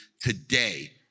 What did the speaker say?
today